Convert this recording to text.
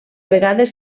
vegades